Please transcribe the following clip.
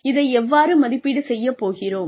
இதை எவ்வாறு மதிப்பீடு செய்யப் போகிறோம்